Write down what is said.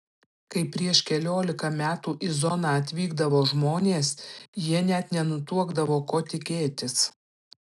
kai prieš keliolika metų į zoną atvykdavo žmonės jie net nenutuokdavo ko tikėtis